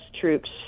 troops